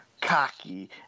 cocky